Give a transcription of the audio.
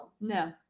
No